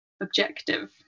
objective